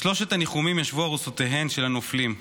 בשלושת הניחומים ישבו ארוסותיהן של נופלים: